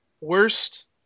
Worst